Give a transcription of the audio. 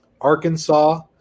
Arkansas